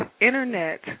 internet